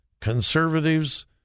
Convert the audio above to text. conservatives